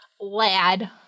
Lad